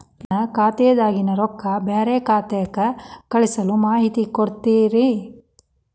ನನ್ನ ಖಾತಾದಾಗಿನ ರೊಕ್ಕ ಬ್ಯಾರೆ ಖಾತಾಕ್ಕ ಕಳಿಸು ಮಾಹಿತಿ ಕೊಡತೇರಿ?